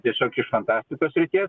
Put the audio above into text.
tiesiog iš fantastikos srities